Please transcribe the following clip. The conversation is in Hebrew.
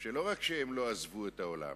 שלא רק שהן לא עזבו את העולם,